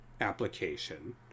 application